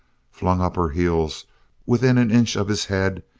flung up her heels within an inch of his head,